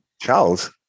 Charles